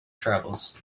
travels